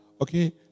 okay